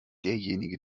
derjenige